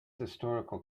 historical